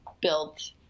built